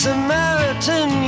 Samaritan